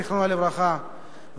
זיכרונו לברכה.